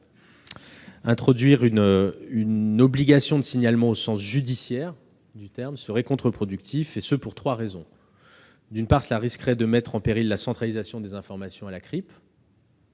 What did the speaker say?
introduire une obligation de signalement au sens judiciaire du terme serait contre-productif, et ce pour trois raisons. Premièrement, cela risquerait de mettre en péril la centralisation des informations à la CRIP,